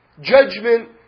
judgment